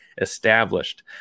established